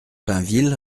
pinville